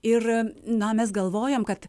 ir na mes galvojam kad